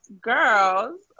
girls